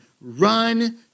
run